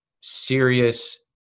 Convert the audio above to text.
serious